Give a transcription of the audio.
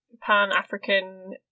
pan-african